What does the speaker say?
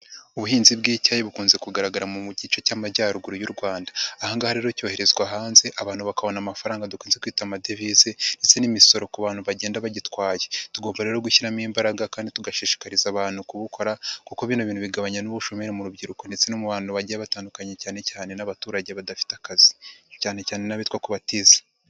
Ubuhinzi bw'icyayi bukunze kugaragara mu gice cy'amajyaruguru y'u Rwanda, aha ngaha rero cyoherezwa hanze abantu bakabona amafaranga dukunze kwita amadevize ndetse n'imisoro ku bantu bagenda bagitwaye. Tugomba rero gushyiramo imbaraga kandi tugashishikariza abantu kubukora kuko bino bintu bigabanya n'ubushomeri mu rubyiruko ndetse no mu bantu bagiye batandukanye cyane cyane n'abaturage badafite akazi cyane cyane n'abitwa ko batize.